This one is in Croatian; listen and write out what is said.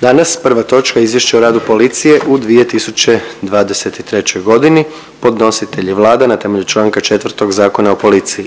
Danas prva točka - Izvješće o radu policije u 2023. godini. Podnositelj je Vlada na temelju čl. 4. Zakona o policiji.